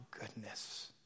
goodness